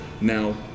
Now